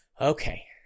okay